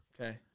Okay